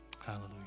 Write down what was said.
Hallelujah